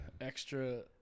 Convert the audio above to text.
extra